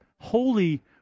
holy